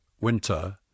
winter